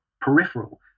peripheral